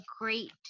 great